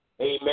Amen